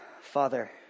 Father